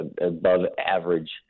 above-average